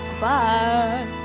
Bye